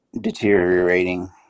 deteriorating